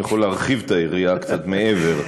אני יכול להרחיב את היריעה קצת מעבר.